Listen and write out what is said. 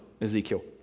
Ezekiel